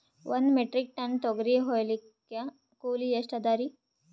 ಒಂದ್ metric ton ತೊಗರಿ ಹೋಯಿಲಿಕ್ಕ ಕೂಲಿ ಎಷ್ಟ ಅದರೀ?